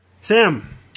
sam